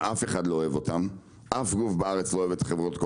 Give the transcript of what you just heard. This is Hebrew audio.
שאף גוף בארץ לא אוהב אותן,